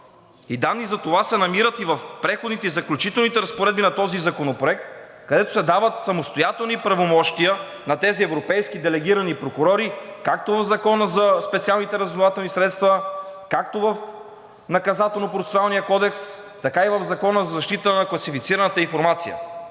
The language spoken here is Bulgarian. данни за това се намират в преходните и заключителните разпоредби на този законопроект, където се дават самостоятелни правомощия на тези европейски делегирани прокурори, както в Закона за специалните разузнавателни средства, както в Наказателно-процесуалния кодекс, така и в Закона за защита на класифицираната информация.